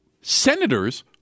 senators